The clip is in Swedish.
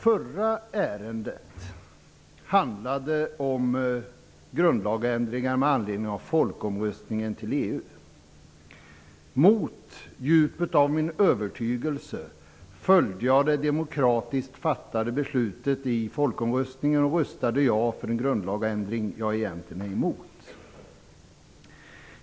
Förra ärendet som behandlades i denna kammare i dag handlade om grundlagsändringar med anledning av ett ja i folkomröstningen till ett svensk medlemskap i EU. Mot djupet av min övertygelse följde jag det demokratiskt fattade beslutet i folkomröstningen och röstade ja i kammaren för den grundlagsändring som jag egentligen är emot.